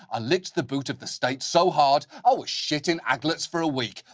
i licked the boot of the state so hard, i was shitting aglets for a week.